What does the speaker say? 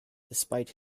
despite